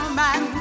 man